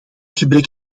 gebrek